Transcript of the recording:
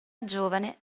giovane